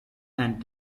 and